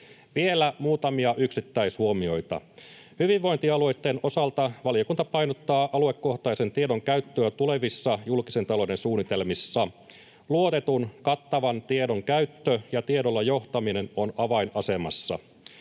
Vielä muutamia yksittäishuomioita: Hyvinvointialueitten osalta valiokunta painottaa aluekohtaisen tiedon käyttöä tulevissa julkisen talouden suunnitelmissa. Luotetun, kattavan tiedon käyttö ja tiedolla johtaminen ovat avainasemassa.